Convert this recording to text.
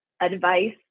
advice